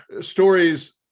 stories